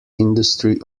industry